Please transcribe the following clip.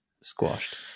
squashed